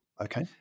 Okay